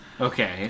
Okay